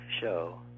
show